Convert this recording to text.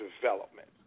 development